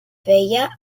feia